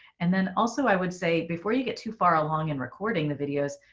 and then also, i would say before you get too far along in recording the videos,